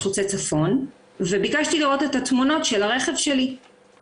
היית מוצא את הדרך ולא